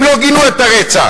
הם לא גינו את הרצח,